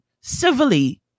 civilly